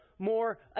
more